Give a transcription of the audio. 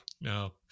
no